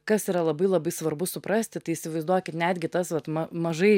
kas yra labai labai svarbu suprasti tai įsivaizduokit netgi tas vat ma mažai